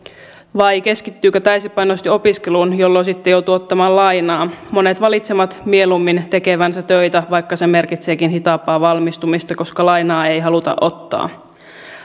vai keskittyykö täysipainoisesti opiskeluun jolloin sitten joutuu ottamaan lainaa monet valitsevat mieluummin tekevänsä töitä vaikka se merkitseekin hitaampaa valmistumista koska lainaa ei haluta ottaa